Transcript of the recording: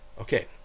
Okay